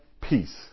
peace